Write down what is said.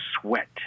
sweat